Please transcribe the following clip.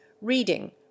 reading